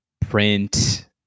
print